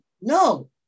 no